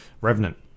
Revenant